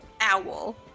owl